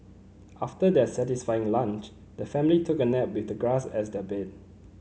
after their satisfying lunch the family took a nap with the grass as their bed